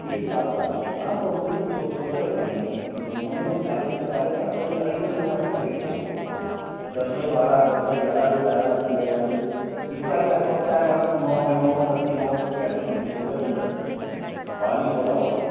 तीस लाख के आस पास तो मैडम वह रूम वह छोटे हो जाएँगे उसमें तीस में कम से कम चालीस पैंतालीस के आस पास जो करेंगे तो रूम अच्छे मिलेंगे आपको दस बाय बारह दस बाय ग्यारह ग्यारह बाय ग्यारह तो मिलेगा जो तीस लाख के आस पास का मैडम नौ बाय नौ दस के नौ नौ दस के ऐसे मिलेंगे छोटे रूम रहते हैं थोड़े उसमें हॉल भी छोटा होगा